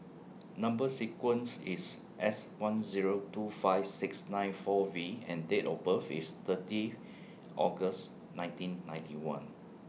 Number sequence IS S one Zero two five six nine four V and Date of birth IS thirty August nineteen ninety one